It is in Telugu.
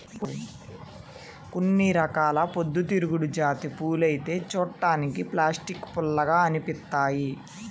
కొన్ని రకాల పొద్దుతిరుగుడు జాతి పూలైతే చూడ్డానికి ప్లాస్టిక్ పూల్లాగా అనిపిత్తయ్యి